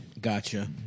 Gotcha